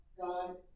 God